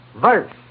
verse